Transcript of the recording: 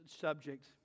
subject